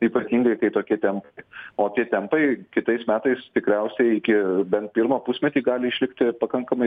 ypatingai kai tokie tempai o tie tempai kitais metais tikriausiai iki bent pirmą pusmetį gali išlikti pakankamai